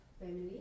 family